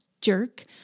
jerk